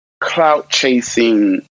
clout-chasing